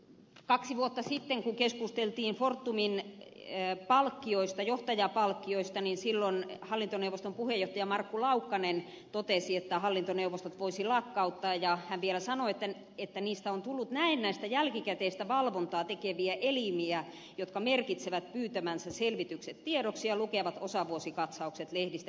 kaksi vuotta sitten kun keskusteltiin fortumin johtajapalkkioista niin silloin hallintoneuvoston puheenjohtaja markku laukkanen totesi että hallintoneuvostot voisi lakkauttaa ja hän vielä sanoi että niistä on tullut näennäistä jälkikäteistä valvontaa tekeviä elimiä jotka merkitsevät pyytämänsä selvitykset tiedoksi ja lukevat osavuosikatsaukset lehdistä jälkikäteen